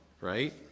right